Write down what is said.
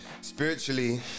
spiritually